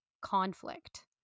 conflict